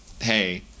Hey